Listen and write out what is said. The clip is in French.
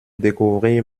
découvrir